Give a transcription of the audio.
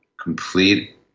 complete